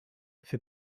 fait